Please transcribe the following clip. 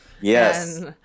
Yes